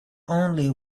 only